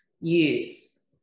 use